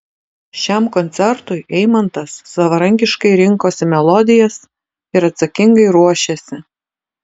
šiam koncertui eimantas savarankiškai rinkosi melodijas ir atsakingai ruošėsi